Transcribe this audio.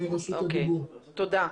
תודה.